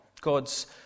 God's